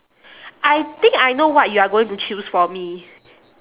I think I know what you are going to choose for me